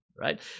right